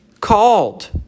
called